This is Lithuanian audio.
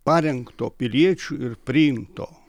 parengto piliečių ir priimto